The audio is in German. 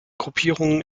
gruppierungen